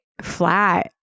flat